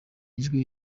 ijwi